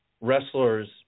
wrestlers